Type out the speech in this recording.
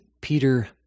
Peter